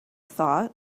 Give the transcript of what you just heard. thought